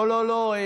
לא לא לא,